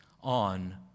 on